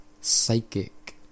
psychic